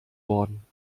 worden